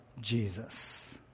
Jesus